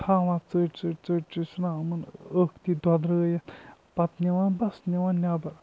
تھاوان ژٔٹۍ ژٔٹۍ ژٔٹۍ ژٔٹۍ ژھٕنان یِمَن ٲختی دۄدرٲیِتھ پَتہٕ نِوان بَس نِوان نیٚبَر